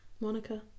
Monica